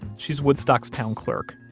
she's woodstock's town clerk.